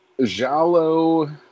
Jalo